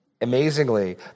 amazingly